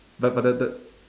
but but the the